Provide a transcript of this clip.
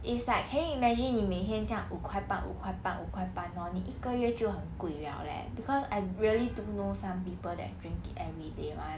it's like can you imagine 你每天这样花五块半五块半五块半 hor 你一个月就很贵 liao leh cause I really don't know some people that drink it everyday [one]